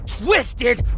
twisted